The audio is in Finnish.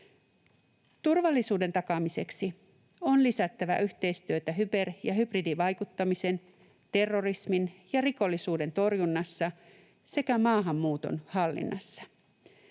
Turvallisuuden takaamiseksi on lisättävä yhteistyötä kyber- ja hybridivaikuttamisen, terrorismin ja rikollisuuden torjunnassa sekä maahanmuuton hallinnassa.